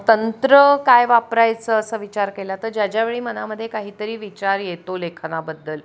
तंत्र काय वापरायचं असा विचार केला तर ज्या ज्या वेळी मनामध्ये काहीतरी विचार येतो लेखनाबद्दल